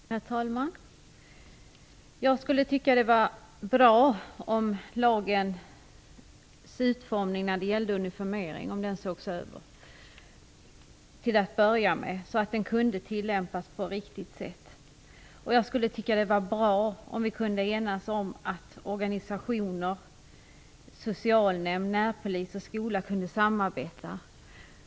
Herr talman! Jag skulle tycka att det vore bra om utformningen av lagen om uniformering till att börja med sågs över så att den kunde tillämpas på ett riktigt sätt. Jag skulle tycka att det vore bra om vi kunde enas om att organisationer, socialnämnder, närpolis och skola skall samarbeta.